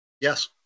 Yes